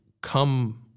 come